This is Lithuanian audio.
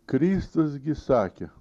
kristus gi sakė